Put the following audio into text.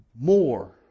more